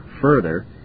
further